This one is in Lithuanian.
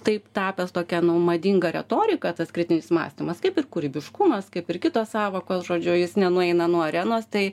taip tapęs tokia nu madinga retorika tas kritinis mąstymas kaip ir kūrybiškumas kaip ir kitos sąvokos žodžiu jis nenueina nuo arenos tai